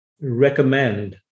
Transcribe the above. recommend